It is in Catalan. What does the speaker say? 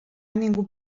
ningú